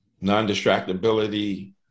non-distractability